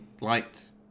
liked